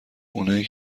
اونایی